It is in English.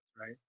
right